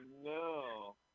no